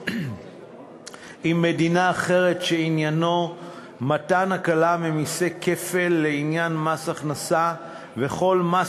עם מדינה אחרת שעניינו מתן הקלה ממסי כפל לעניין מס הכנסה וכל מס